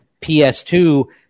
PS2